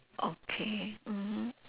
okay mmhmm